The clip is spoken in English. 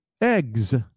Eggs